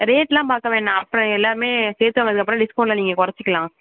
rate எல்லாம் பார்க்க வேணா அப்புறம் எல்லாமே சேர்த்து வாங்குனதுக்கப்புறம் டிஸ்கவுண்டில் நீங்கள் குறச்சிக்கலாம்